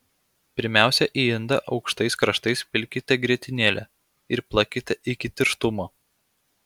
pirmiausia į indą aukštais kraštais pilkite grietinėlę ir plakite iki tirštumo